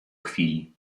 chwili